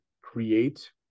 create